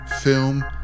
film